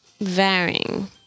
varying